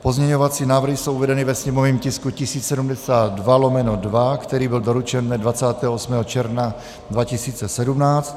Pozměňovací návrhy jsou uvedeny ve sněmovním tisku 1072/2, který byl doručen dne 28. června 2017.